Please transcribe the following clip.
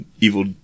evil